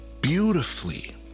beautifully